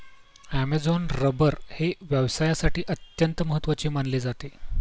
Amazon rubber हे व्यवसायासाठी अत्यंत महत्त्वाचे मानले जाते